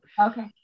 Okay